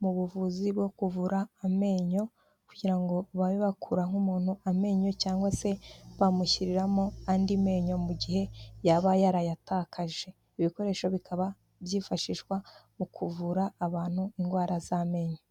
mu buvuzi bwo kuvura amenyo kugirango ngo babe bakura nk'umuntu amenyo cyangwa se bamushyiriramo andi menyo mu gihe yaba yarayatakaje, ibikoresho bikaba byifashishwa mu kuvura abantu indwara z'amenyo.